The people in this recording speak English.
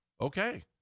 okay